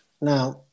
Now